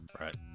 Right